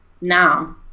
now